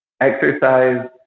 exercise